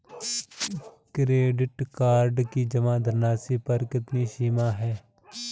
Credit card की जमा धनराशि पर कितनी सीमा है?